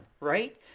right